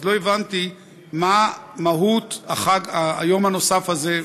אז לא הבנתי מה מהות היום הנוסף הזה,